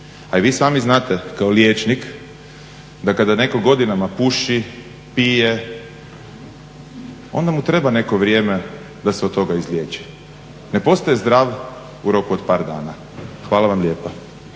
A i vi sami znate kao liječnik da kada netko godinama puši, pije onda mu treba neko vrijeme da se od toga izliječi. Ne postaje zdrav u roku od par dana. Hvala vam lijepa.